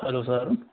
hello sir